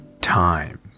time